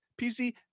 PC